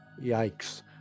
yikes